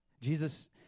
Jesus